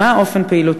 מה הוא אופן פעילותו,